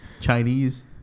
Chinese